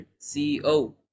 CEO